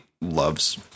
loves